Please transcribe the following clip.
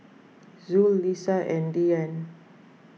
Zul Lisa and Dian